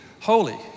holy